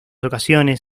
ocasiones